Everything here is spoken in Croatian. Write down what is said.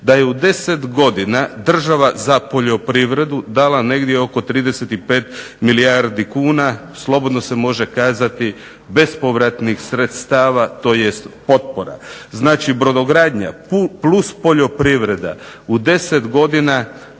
da je u 10 godina država za poljoprivredu dala negdje oko 35 milijardi kuna, slobodno se može kazati bespovratnih sredstava tj. potpora. Znači brodogradnja plus poljoprivreda u 10 godina